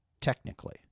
technically